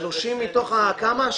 30 מתוך כמה?